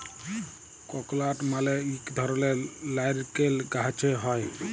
ককলাট মালে ইক ধরলের লাইরকেল গাহাচে হ্যয়